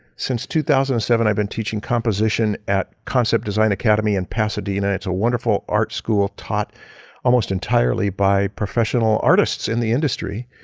since two thousand and seven, i've been teaching composition at concept design academy in pasadena. it's a wonderful art school taught almost entirely by professional artists in the industry.